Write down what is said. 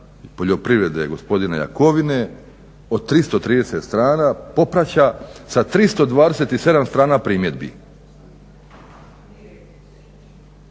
poljoprivrede gospodina Jakovine od 330 strana popraća sa 327 strana primjedbi.